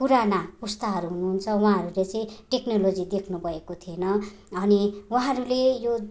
पुराना पुस्ताहरू हुनु हुन्छ उहाँहरूले चाहिँ टेक्नोलोजी देख्नु भएको थिएन अनि उहाँहरूले यो